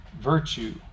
virtue